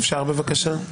אפשר בבקשה?